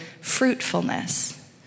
fruitfulness